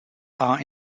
are